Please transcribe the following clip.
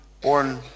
born